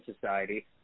Society